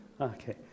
okay